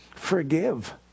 forgive